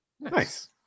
Nice